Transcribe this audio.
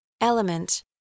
Element